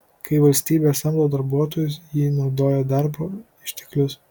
kai valstybė samdo darbuotojus ji naudoja darbo išteklius